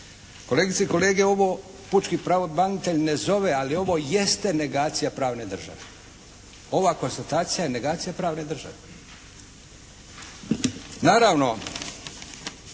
Kolegice i kolege ovo pučki pravobranitelj ne zove, ali ovo jeste negacija pravne države. Ova konstatacija je negacija pravne države. Naravno,